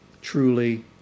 Truly